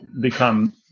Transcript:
become